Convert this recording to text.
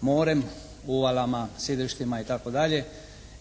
morem, uvalama, sidrištima itd.